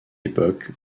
époque